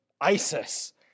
ISIS